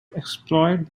exploit